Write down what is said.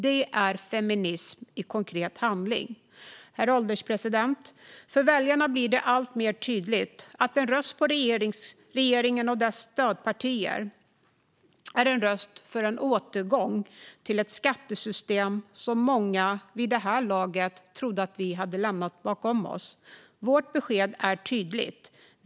Det är feminism i konkret handling. Herr ålderspresident! För väljarna blir det alltmer tydligt att en röst på regeringen och dess stödpartier är en röst för en återgång till ett skattesystem som många vid det här laget trodde att vi hade lämnat bakom oss. Vårt besked är tydligt.